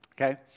Okay